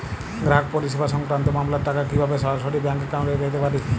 গ্রাহক পরিষেবা সংক্রান্ত মামলার টাকা কীভাবে সরাসরি ব্যাংক অ্যাকাউন্টে পেতে পারি?